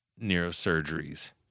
neurosurgeries